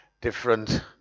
different